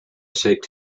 shaped